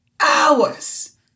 hours